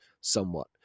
somewhat